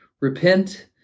repent